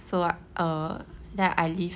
so err then I live